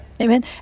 Amen